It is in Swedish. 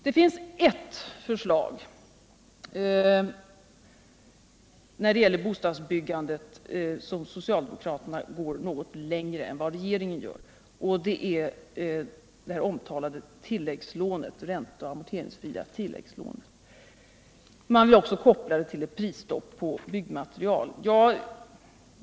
Det finns ett förslag när det gäller bostadsbyggandet där socialdemokraterna går något längre än regeringen gör, och det är det omtalade ränte och amorteringsfria tilläggslånet. Man vill koppla det tll ett prisstopp på byggmaterial.